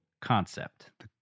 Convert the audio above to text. concept